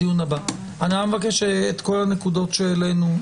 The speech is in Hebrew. רק מבקש את כל הנקודות שהעלינו,